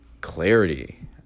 clarity